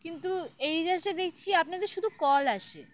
কিন্তু এই রিচার্জে দেখছি আপনাদের শুধু কল আসে